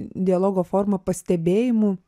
dialogo forma pastebėjimų